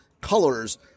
colors